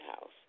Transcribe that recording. House